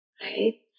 right